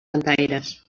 cantaires